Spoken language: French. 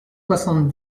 soixante